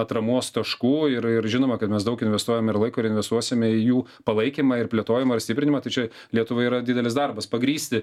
atramos taškų ir ir žinoma kad mes daug investuojame ir laiko ir investuosime į jų palaikymą ir plėtojimą ir stiprinimą tai čia lietuvai yra didelis darbas pagrįsti